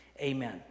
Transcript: Amen